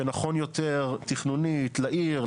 שנכון יותר תכנונית לעיר,